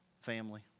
family